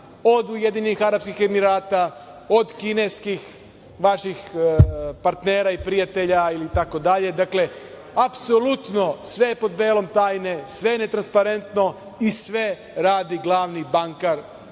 od Ujedinjenih Arapskih Emirata, od kineskih vaših partnera i prijatelja itd. Dakle, apsolutno sve je pod velom tajne, sve je netransparentno i sve radi glavni bankar